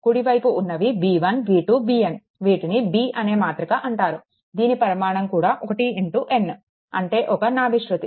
కుడి వైపు ఉన్నవి b1 b2 bn వీటిని B అనే మాతృక అంటారు దీని పరిమాణం కూడా 1 n అంటే ఒక వెక్టర్